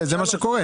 זה בוצע כבר?